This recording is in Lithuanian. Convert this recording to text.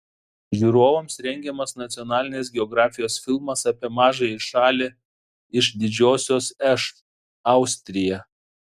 žiūrovams rengiamas nacionalinės geografijos filmas apie mažąją šalį iš didžiosios š austriją